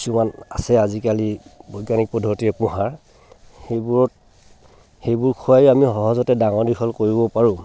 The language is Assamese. কিছুমান আছে আজিকালি অৰ্গেনিক পদ্ধতিৰে পোহাৰ সেইবোৰত সেইবোৰ খোৱায়ো আমি সহজতে ডাঙৰ দীঘল কৰিব পাৰোঁ